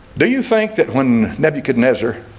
do you think that when nebuchadnezzar?